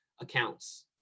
accounts